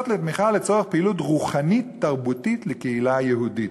לתמיכה לצורך פעילות רוחנית תרבותית לקהילה יהודית,